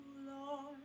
Lord